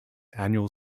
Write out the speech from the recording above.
annual